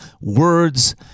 words